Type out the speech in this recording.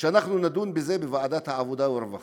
שנדון בזה בוועדת העבודה והרווחה.